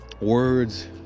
Words